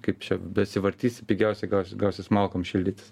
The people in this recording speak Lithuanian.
kaip besivartysi pigiausia gausis malkom šildytis